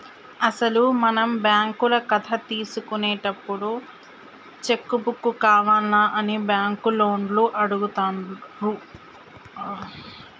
అసలు మనం బ్యాంకుల కథ తీసుకున్నప్పుడే చెక్కు బుక్కు కావాల్నా అని బ్యాంకు లోన్లు అడుగుతారు